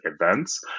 events